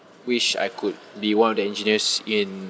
wish I could be one of the engineers in